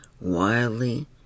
Wildly